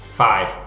five